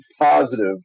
positive